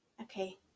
Okay